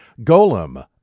Golem